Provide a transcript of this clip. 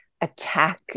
attack